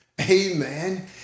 Amen